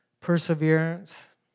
perseverance